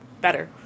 better